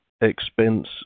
expense